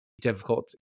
difficult